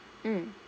mm